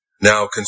Now